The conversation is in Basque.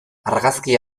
argazki